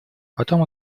потом